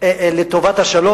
לטובת השלום.